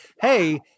Hey